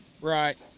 Right